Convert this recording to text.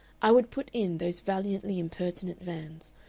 i would put in those valiantly impertinent vans,